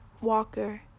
Walker